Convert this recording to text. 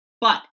But-